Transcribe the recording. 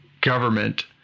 government